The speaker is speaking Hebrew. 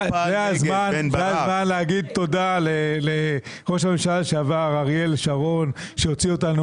זה הזמן להגיד תודה לראש הממשלה לשעבר אריאל שרון שהוציא אותנו